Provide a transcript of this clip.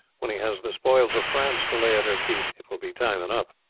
when he has the spoils of france to lay at her feet it will be time enough.